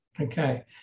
Okay